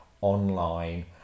online